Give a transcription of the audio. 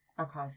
okay